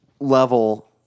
Level